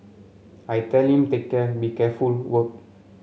I telling take care be careful work